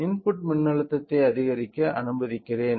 input மின்னழுத்தத்தை அதிகரிக்க அனுமதிக்கிறேன்